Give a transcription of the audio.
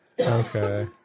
Okay